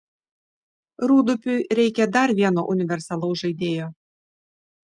rūdupiui reikia dar vieno universalaus žaidėjo